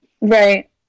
Right